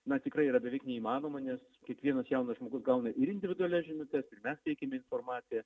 na tikrai yra beveik neįmanoma nes kiekvienas jaunas žmogus gauna ir individualias žinutes ir mes teikiame informaciją